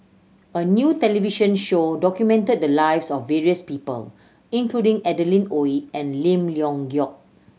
a new television show documented the lives of various people including Adeline Ooi and Lim Leong Geok